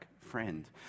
friend